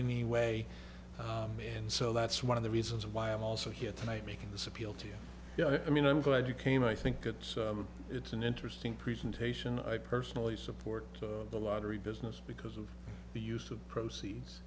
me way and so that's one of the reasons why i'm also here tonight making this appeal to you yeah i mean i'm glad you came i think it's an interesting presentation i personally support the lottery business because of the use of proceeds